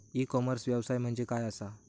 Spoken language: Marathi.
ई कॉमर्स व्यवसाय म्हणजे काय असा?